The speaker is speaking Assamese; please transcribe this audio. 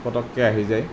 পটককৈ আহি যায়